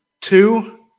Two